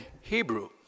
Hebrew